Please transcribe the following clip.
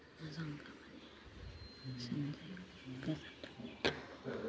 मोजां खामानि एसेनोसै गोजोन्थों